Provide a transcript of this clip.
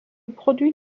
produit